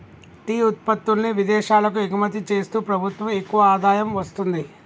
tea ఉత్పత్తుల్ని విదేశాలకు ఎగుమతి చేస్తూ ప్రభుత్వం ఎక్కువ ఆదాయం వస్తుంది